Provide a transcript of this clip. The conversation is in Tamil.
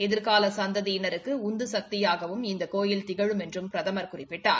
எதிர்கால சந்ததியினருக்கு உந்து சக்தியாகவும் இக்கோவில் திகழும் என்றும் பிரதம் குறிப்பிட்டார்